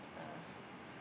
uh